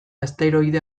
asteroide